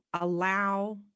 allow